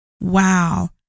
wow